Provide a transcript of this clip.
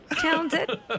Talented